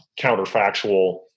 counterfactual